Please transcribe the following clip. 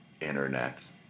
Internet